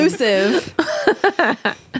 Exclusive